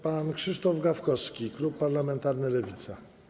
Pan Krzysztof Gawkowski, klub parlamentarny Lewica.